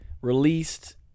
released